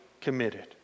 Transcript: committed